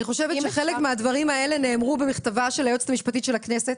אני חושבת שחלק מהדברים האלה נאמרו במכתבה של היועצת המשפטית של הכנסת